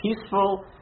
peaceful